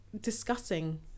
discussing